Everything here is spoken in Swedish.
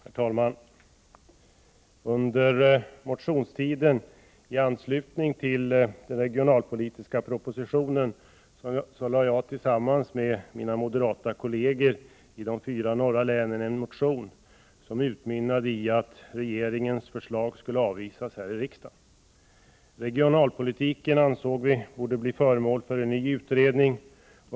Herr talman! Under motionstiden i anslutning till den regionalpolitiska propositionen framlade jag tillsammans med mina moderata kolleger i de fyra norra länen en motion som utmynnar i att regeringens förslag avvisas av riksdagen. Regionalpolitiken bör bli föremål för en ny utredning.